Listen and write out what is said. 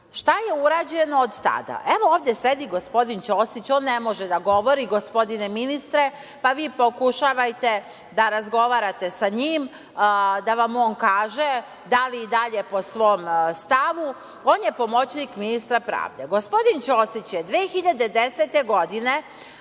je urađeno od tada? Evo, ovde sedi gospodin Ćosić, on ne može da govori, gospodine ministre, pa vi pokušavajte da razgovarate sa njim, da vam on kaže da li je i dalje po svom stavu. On je pomoćnik ministra pravde. Gospodin Ćosić je 2010. godine